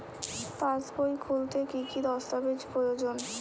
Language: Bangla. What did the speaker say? পাসবই খুলতে কি কি দস্তাবেজ প্রয়োজন?